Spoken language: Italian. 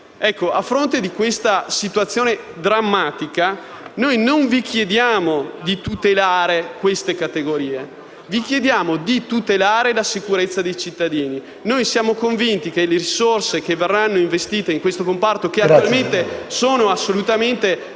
A fronte di questa situazione drammatica, noi non vi chiediamo di tutelare queste categorie, ma di tutelare la sicurezza dei cittadini. Siamo convinti che le risorse che verranno investite in questo comparto, che chiaramente sono assolutamente